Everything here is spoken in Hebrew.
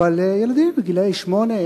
ילדים גילאי 8,